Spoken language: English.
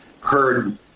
heard